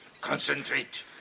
concentrate